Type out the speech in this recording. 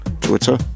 Twitter